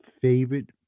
favorite